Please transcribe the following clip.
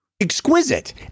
exquisite